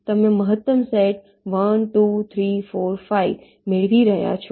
તમે મહત્તમ સેટ 1 2 3 4 5 મેળવી રહ્યાં છો